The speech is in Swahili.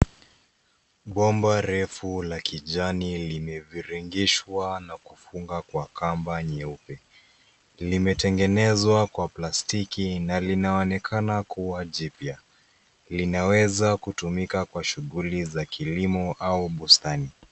Bomba refu la kijani limeviringishwa na kufungwa kwa kamba nyeupe . Limetengenezwa kwa plastiki na linaonekana kuwa jipya. Linaweza kutumika kwa shughuli za kilimo au bustani.